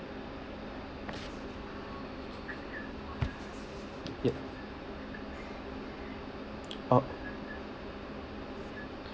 yup oh